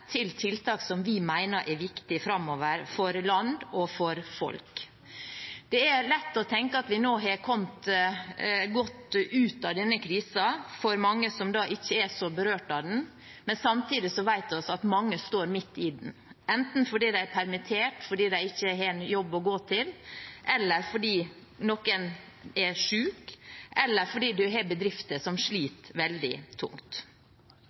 til tiltak som vi mener er viktige framover for land og for folk. Det er lett å tenke at vi nå har kommet godt ut av denne krisen for mange som ikke er så berørt av den, men samtidig vet vi at mange står midt i den, enten fordi de er permittert, fordi de ikke har en jobb å gå til, fordi noen er syke, eller fordi man har bedrifter som sliter veldig tungt.